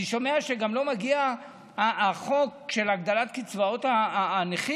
אני שומע שגם לא מגיע החוק של הגדלת קצבאות הנכים.